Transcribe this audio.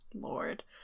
lord